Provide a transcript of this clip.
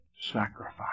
sacrifice